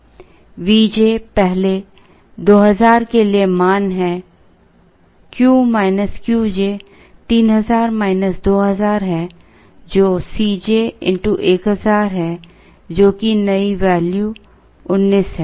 Vj पहले 2000 के लिए मान है Q Qj 3000 2000 है जो Cj x 1000 है जो कि नई वैल्यू 19 है